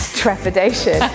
trepidation